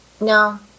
no